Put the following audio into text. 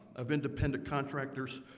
of independent contractors,